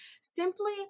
Simply